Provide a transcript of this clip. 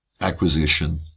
acquisition